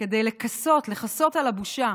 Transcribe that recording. כדי לכסות על הבושה